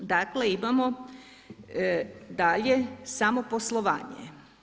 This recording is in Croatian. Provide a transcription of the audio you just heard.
Dakle, imamo dalje samo poslovanje.